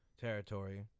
territory